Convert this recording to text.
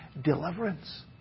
deliverance